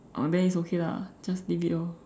oh then it's okay lah just leave it lor